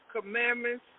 commandments